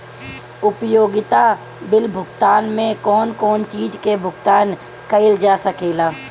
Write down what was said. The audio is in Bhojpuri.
उपयोगिता बिल भुगतान में कौन कौन चीज के भुगतान कइल जा सके ला?